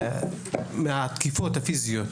חמישית מהנתקפים פיסית